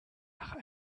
nach